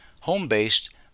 home-based